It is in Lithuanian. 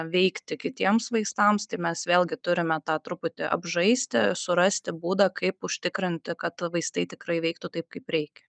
veikti kitiems vaistams tai mes vėlgi turime tą truputį apžaisti surasti būdą kaip užtikrinti kad vaistai tikrai veiktų taip kaip reikia